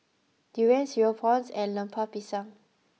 Durian Cereal Prawns and Lemper Pisang